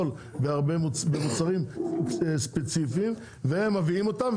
- -במוצרים ספציפיים ואז מביאים אותם,